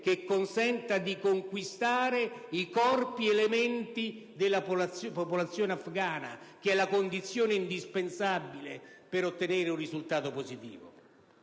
che consenta di conquistare i corpi e le menti della popolazione afgana, che è la condizione indispensabile per ottenere un risultato positivo.